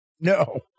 No